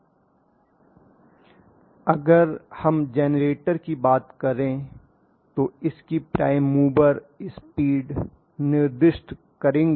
यहां अगर हम जेनरेटर की बात करें तो इसकी प्राइम मूवर स्पीड निर्दिष्ट करेंगे